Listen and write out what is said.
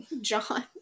John